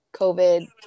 covid